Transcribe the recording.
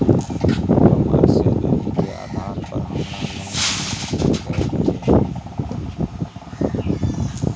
हमर सैलरी के आधार पर हमरा लोन मिल सके ये?